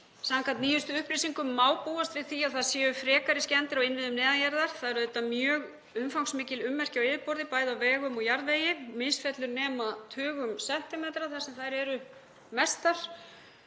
Samkvæmt nýjustu upplýsingum má búast við því að það séu frekari skemmdir á innviðum neðan jarðar. Það eru auðvitað mjög umfangsmikil ummerki á yfirborði bæði á vegum og jarðvegi, misfellur nema tugum sentímetra þar sem þær eru mestar.